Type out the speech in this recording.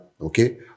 okay